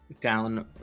down